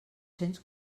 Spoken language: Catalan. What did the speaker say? cents